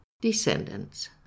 descendants